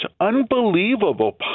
unbelievable